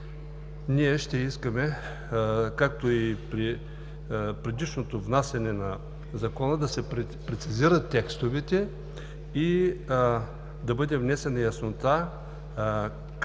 Ние ще искаме, както и при предишното внасяне на Закона, да се прецизират текстовете и да бъде внесена яснота как, по